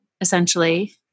essentially